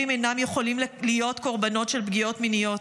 אינם יכולים להיות קורבנות של פגיעות מיניות.